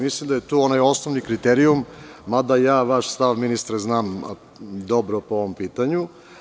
Mislim da je tu onaj osnovni kriterijum, mada vaš stav, ministre, znam dobro po ovom pitanju.